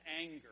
anger